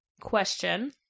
question